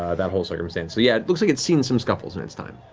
ah that whole circumstance. yeah it looks like it's seen some scuffles in it's time.